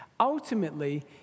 Ultimately